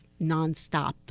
nonstop